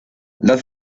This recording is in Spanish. las